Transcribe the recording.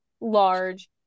large